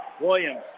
Williams